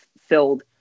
filled